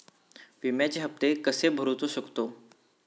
विम्याचे हप्ते कसे भरूचो शकतो?